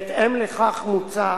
בהתאם לכך, מוצע